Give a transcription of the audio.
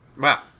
Wow